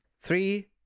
Three